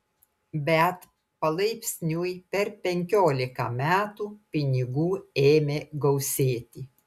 bet palaipsniui per penkiolika metų pinigų ėmė gausėti